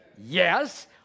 Yes